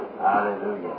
Hallelujah